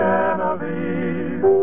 Genevieve